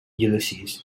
ulysses